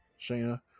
Shayna